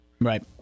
Right